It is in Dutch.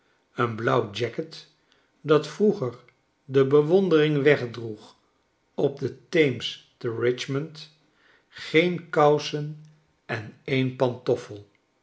een blauw jacket dat vroeger debewonring wegdroeg op de theems terichmond geen kousen en een pantoffel